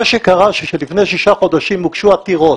מה שקרה זה שלפני שישה חודשים הוגשו עתירות